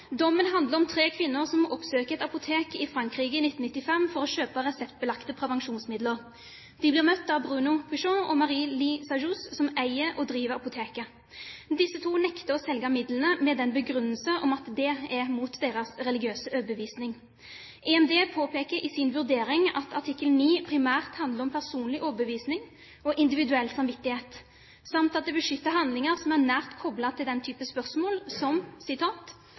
Dommen handler om tre kvinner som i 1995 oppsøkte et apotek i Frankrike for å kjøpe reseptbelagte prevensjonsmidler. De ble møtt av Bruno Pichon og Marie-Line Sajous som eide og drev apoteket. Disse to nektet å selge midlene med den begrunnelse at det var mot deres religiøse overbevisning. EMD påpeker i sin vurdering at artikkel 9 primært handler om personlig overbevisning og individuell samvittighet samt at det beskytter handlinger som er nært koblet til den type spørsmål som